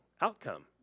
outcome